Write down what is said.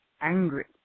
angry